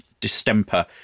distemper